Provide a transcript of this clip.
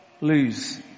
lose